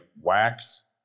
wax